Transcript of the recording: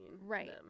right